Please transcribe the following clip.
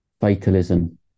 fatalism